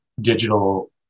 digital